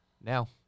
now